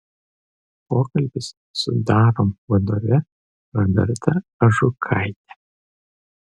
pokalbis su darom vadove roberta ažukaite